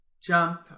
jump